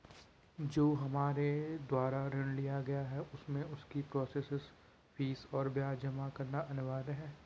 जो हमारे द्वारा ऋण लिया गया है उसमें उसकी प्रोसेस फीस और ब्याज जमा करना अनिवार्य है?